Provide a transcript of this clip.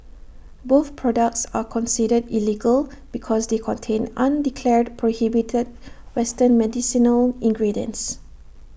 both products are considered illegal because they contain undeclared prohibited western medicinal ingredients